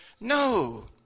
No